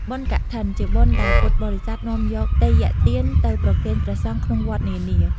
បុណ្យកឋិន ជាបុណ្យដែលពុទ្ធបរិស័ទនាំយកទេយ្យទានទៅប្រគេនព្រះសង្ឃក្នុងវត្តនានា។